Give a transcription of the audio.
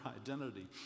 identity